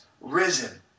risen